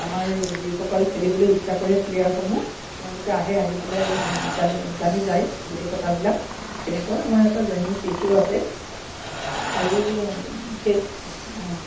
আমাৰ যিসকল খেলিবলৈ ইচ্ছা কৰে প্লেয়াৰসমূহ তেওঁলোকে আহে আহি পেলাই জানি জানি যায় গোটেই কথাবিলাক এনেকুৱা আমাৰ এটা জইনিং ফিজো আছে আৰু চেক